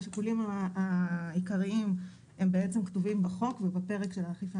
השיקולים העיקריים בעצם כתובים בחוק ובפרק של האכיפה